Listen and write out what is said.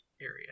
area